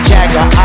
Jagger